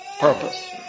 purpose